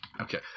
Okay